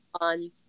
on